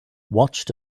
watched